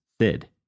Sid